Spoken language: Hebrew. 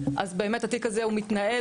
באמת התיק הזה הוא מתנהל,